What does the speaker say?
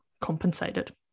compensated